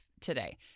today